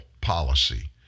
policy